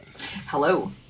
Hello